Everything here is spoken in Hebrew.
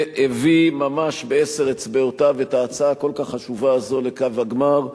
והביא ממש בעשר אצבעותיו את ההצעה הכל-כך חשובה הזאת לקו הגמר.